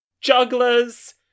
Jugglers